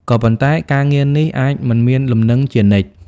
ក៏ប៉ុន្តែការងារនេះអាចមិនមានលំនឹងជានិច្ច។